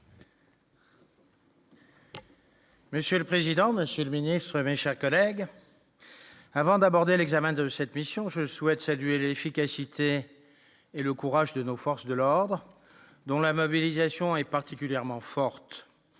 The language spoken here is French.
Monsieur le président, Monsieur le ministre, chaque allègue avant d'aborder l'examen de cette mission je souhaite saluer l'efficacité et le courage de nos forces de l'ordre, dont la mobilisation est particulièrement forte,